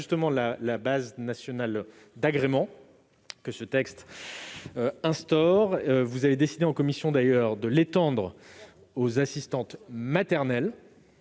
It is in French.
concerne la base nationale d'agrément que ce texte instaure ; vous avez décidé en commission de l'étendre aux assistantes maternelles